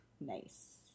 Nice